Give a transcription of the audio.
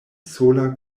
sola